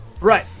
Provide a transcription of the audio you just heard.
Right